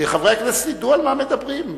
שחברי הכנסת ידעו על מה מדברים.